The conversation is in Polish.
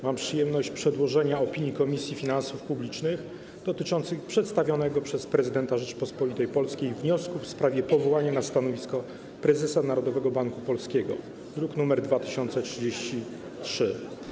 Mam przyjemność przedłożyć opinię Komisji Finansów Publicznych dotyczącą przedstawionego przez prezydenta Rzeczypospolitej Polskiej wniosku w sprawie powołania na stanowisko prezesa Narodowego Banku Polskiego, druk nr 2033.